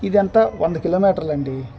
ఇది ఎంత వంద కిలో మీటర్లు అండి